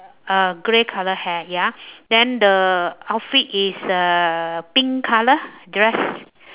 uh grey colour hair ya then the outfit is uh pink colour dress